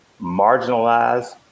marginalize